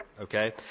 Okay